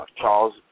Charles